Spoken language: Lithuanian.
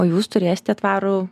o jūs turėsite tvarų